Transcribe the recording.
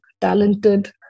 talented